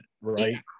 Right